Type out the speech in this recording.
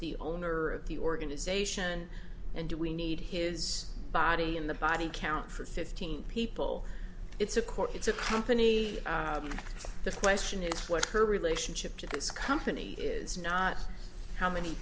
the owner of the organisation and do we need his body in the body count for fifteen people it's a court it's a company the question is what her relationship to this company is not how many